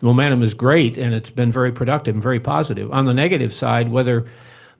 the momentum is great and it's been very productive and very positive. on the negative side, whether